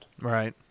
Right